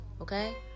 okay